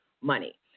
money